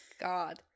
God